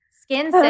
Skin